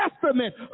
testament